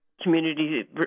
community